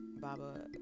Baba